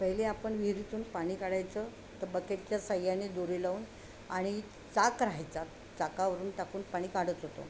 पहिले आपण विहिरीतून पाणी काढायचं तर बकेटच्या साह्याने दोरी लावून आणि चाक राहायचा चाकावरून टाकून पाणी काढत होतो